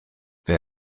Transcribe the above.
wer